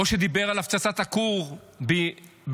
או שדיבר על הפצצת הכור בסוריה.